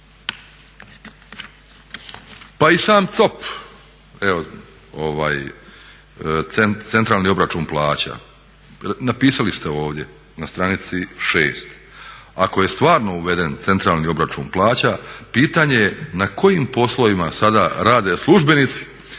Pa i sam COP, centralni obračun plaća, napisali ste ovdje na stranici 6, ako je stvarno uveden centralni obračun plaća pitanje je na kojim poslovima sada rade službenici